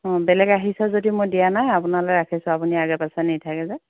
অঁ বেলেগ আহিছে যদিও মই দিয়া নাই আপোনালৈ ৰাখিছোঁ আপুনি আগে পাছে নি থাকে যে